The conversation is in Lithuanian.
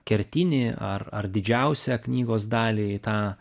kertinį ar ar didžiausią knygos dalį į tą